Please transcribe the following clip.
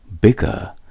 Bigger